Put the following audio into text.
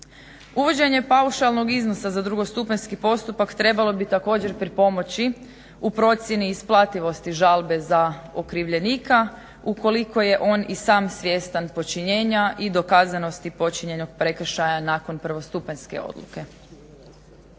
Uvođenje paušalnog iznosa za drugostupanjski postupak trebalo bi također pripomoći u procjeni isplativosti žalbe za okrivljenika, ukoliko je on i sam svjestan počinjenja i dokazanosti počinjenog prekršaja nakon prvostupanjske odluke.